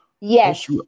yes